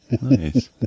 Nice